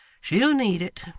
she'll need it,